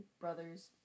brothers